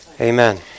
Amen